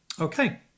Okay